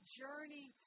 journey